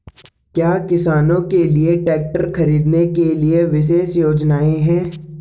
क्या किसानों के लिए ट्रैक्टर खरीदने के लिए विशेष योजनाएं हैं?